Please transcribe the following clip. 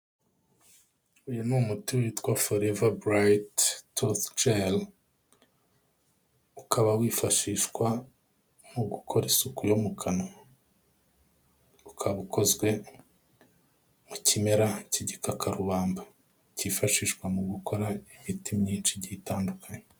Uyu ni umuti witwa Foreva BurayitiTufugeli, ukaba wifashishwa mu gukora isuku yo mu kanwa. Ukaba ukozwe mu kimera cy'igikakarubamba. Cyifashishwa mu gukora imiti myinshi igiye itandukanye.